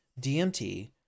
DMT